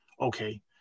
okay